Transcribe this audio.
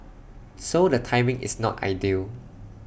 so the timing is not ideal